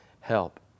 help